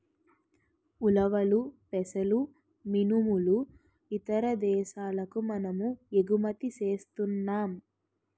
ఉలవలు పెసలు మినుములు ఇతర దేశాలకు మనము ఎగుమతి సేస్తన్నాం